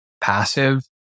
passive